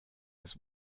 his